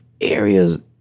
areas